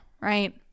right